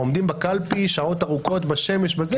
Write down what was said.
עומדים בקלפי שעות ארוכות בשמש.